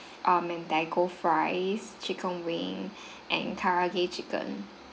uh mentaiko fries chicken wing and karaage chicken